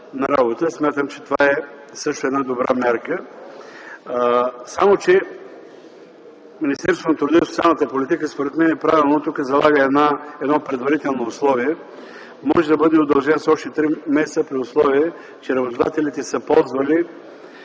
на работа. Смятам, че това е една добра мярка. Министерството на труда и социалната политика, според мен, правилно залага едно предварително условие – може да бъде удължен с още три месеца при условие, че работодателите са ползвали